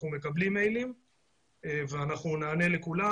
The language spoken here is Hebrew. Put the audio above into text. אנחנו מקבלים מיילים ואנחנו נענה לכולם,